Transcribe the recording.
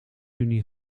unie